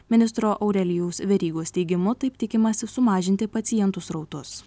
ministro aurelijaus verygos teigimu taip tikimasi sumažinti pacientų srautus